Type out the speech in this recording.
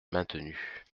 maintenu